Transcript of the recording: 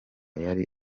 yari